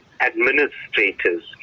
administrators